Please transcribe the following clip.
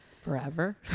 forever